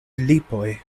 lipoj